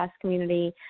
community